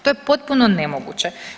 To je potpuno nemoguće.